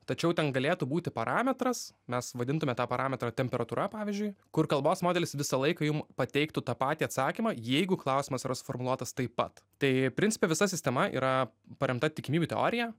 tačiau ten galėtų būti parametras mes vadintume tą parametrą temperatūra pavyzdžiui kur kalbos modelis visąlaik jum pateiktų tą patį atsakymą jeigu klausimas yra suformuluotas taip pat tai principe visa sistema yra paremta tikimybių teorija